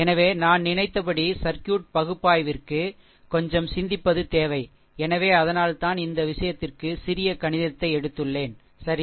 எனவே நான் நினைத்தபடி சர்க்யூட் பகுப்பாய்விற்கு கொஞ்சம் சிந்திப்பது தேவை எனவே அதனால்தான் இந்த விஷயத்திற்கு சிறிய கணிதத்தை எடுத்துள்ளேன் சரி